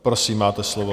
Prosím, máte slovo.